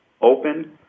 open